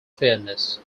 fairness